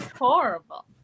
horrible